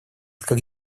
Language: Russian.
как